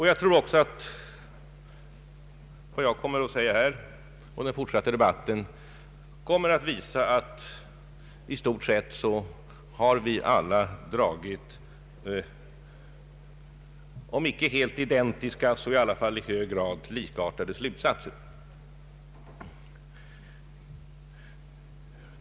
Jag tror också att vad jag kommer att säga under den fortsatta debatten här kommer att visa att vi alla i stort sett dragit om icke helt identiska så dock likartade slutsatser.